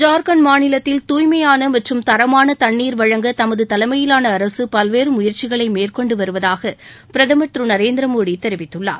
ஜார்கண்ட் மாநிலத்தில் தூய்மையான மற்றம் தரமான தண்ணீர் வழங்க துது தலைமையிலான அரசு பல்வேறு முயற்சிகளை மேற்கொண்டு வருவதாக பிரதமர் திரு நரேந்திரமோடி தெரிவித்துள்ளார்